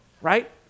right